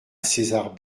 césar